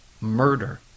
murder